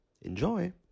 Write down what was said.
Enjoy